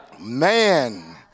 Man